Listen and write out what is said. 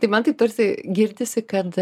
tai man taip tarsi girdisi kad